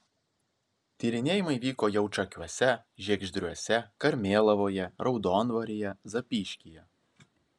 tyrinėjimai vyko jaučakiuose žiegždriuose karmėlavoje raudondvaryje zapyškyje